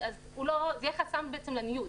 זה יהיה חסם לניוד.